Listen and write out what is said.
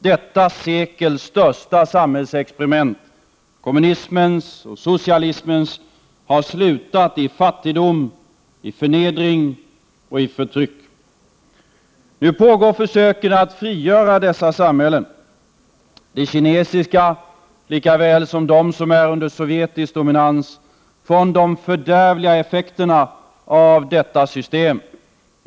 Detta sekels största samhällsexperiment — kommunismens och socialismens — har slutat i fattigdom, förnedring och förtryck. Nu pågår försöken att frigöra dessa samhällen — såväl det kinesiska som de som är under sovjetisk dominans — från de fördärvliga effekterna av detta system.